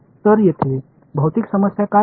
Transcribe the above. तर येथे भौतिक समस्या काय आहे